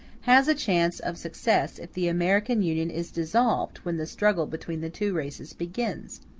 has a chance of success if the american union is dissolved when the struggle between the two races begins.